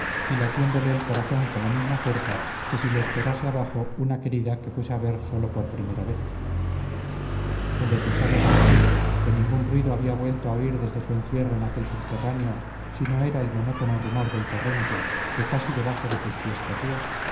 y latiéndole el corazón con la misma fuerza que si le esperase abajo una querida que fuese a ver solo por primera vez el desdichado doncel que ningún ruido había vuelto a oír desde su encierro en aquel subterráneo si no era el monótono rumor del torrente que casi debajo de sus pies corría